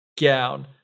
gown